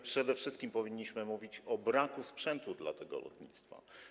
Przede wszystkim powinniśmy mówić o braku sprzętu dla tego lotnictwa.